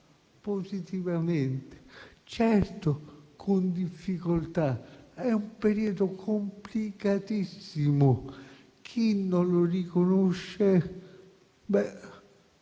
positivamente, anche se certo con difficoltà. È un periodo complicatissimo; chi non lo riconosce